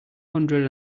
hundred